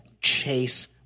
chase